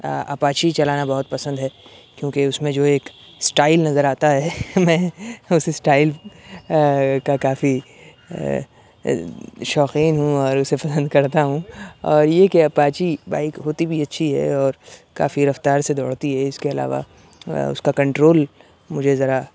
Apache چلانا بہت پسند ہے کیونکہ اس میں جو ہے ایک اسٹائل نظر آتا ہے میں اس اسٹائل کا کافی شوقین ہوں اور اسے پسند کرتا ہوں اور یہ کہ اپاچی بائک ہوتی بھی اچھی ہے اور کافی رفتار سے دوڑتی ہے اس کے علاوہ اس کا کنٹرول مجھے ذرا